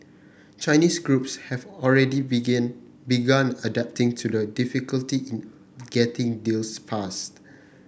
Chinese groups have already begin begun adapting to the difficulty in getting deals passed